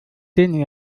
zehn